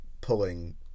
pulling